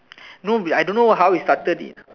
no I don't know how it started